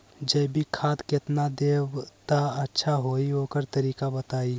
जैविक खाद केतना देब त अच्छा होइ ओकर तरीका बताई?